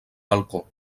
balcó